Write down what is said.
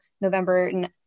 November